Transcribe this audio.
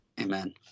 Amen